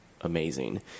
amazing